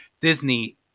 disney